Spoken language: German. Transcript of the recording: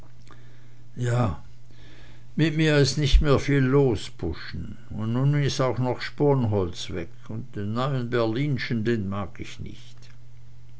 ja mit mir is nich mehr viel los buschen und nu is auch noch sponholz weg und den neuen berlinschen den mag ich nicht